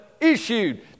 issued